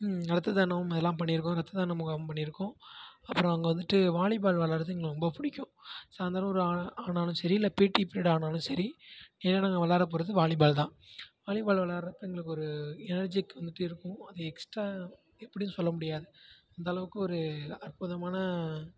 இரத்த தானம் அதெல்லாம் பண்ணியிருக்கோம் இரத்த தானம் முகாம் பண்ணியிருக்கோம் அப்புறம் அங்கே வந்துட்டு வாலிபால் விளாடுறது எங்களுக்கு ரொம்ப பிடிக்கும் சாயந்திரம் ஒரு ஆனாலும் சரி இல்லை பிடி ப்ரீட் ஆனாலும் சரி ஏன்னால் நாங்கள் விளாட போகிறது வாலிபால் தான் வாலிபால் விளாடுறது எங்களுக்கு ஒரு எனர்ஜிக் இருக்கும் அது எக்ஸ்டரா எப்படின்னு சொல்லமுடியாது அந்தளவுக்கு ஒரு அற்புதமான